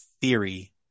theory